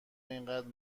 اینقدر